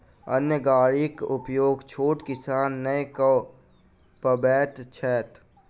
अन्न गाड़ीक उपयोग छोट किसान नै कअ पबैत छैथ